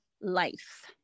life